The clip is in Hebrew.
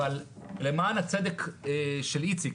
אבל למען הצדק של איציק,